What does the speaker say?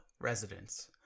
residents